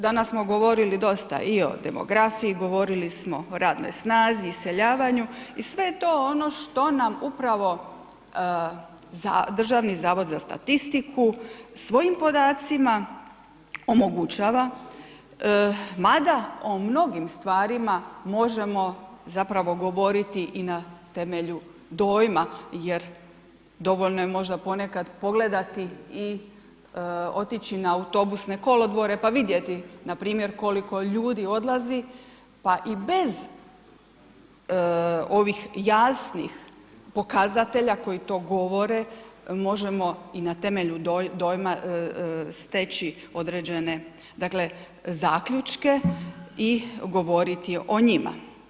Danas smo govorili dosta i o demografiji, govorili smo o radnoj snazi, iseljavanju i sve je to ono što nam upravo za Državni zavod za statistiku svojim podacima omogućava, mada o mnogim stvarima možemo zapravo govoriti i na temelju dojma jer dovoljno je možda ponekad pogledati i otići na autobusne kolodvore pa vidjeti npr. koliko ljudi odlazi, pa i bez ovih jasnih pokazatelja koji to govore, možemo i na temelju dojma steći određene dakle zaključke i govoriti o njima.